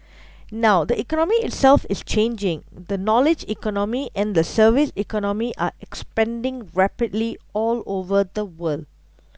now the economy itself is changing the knowledge economy and the service economy are expanding rapidly all over the world